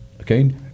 Okay